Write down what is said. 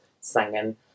singing